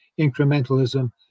incrementalism